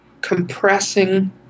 compressing